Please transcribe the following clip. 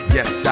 Yes